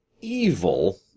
evil